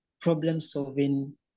problem-solving